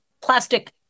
plastic